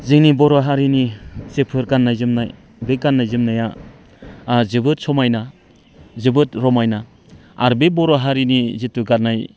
जोंनि बर' हारिनि जेफोर गाननाय जोमनाय बे गाननाय जोमनाया जोबोद समायना जोबोद रमायना आरो बे बर' हारिनि जिथु गाननाय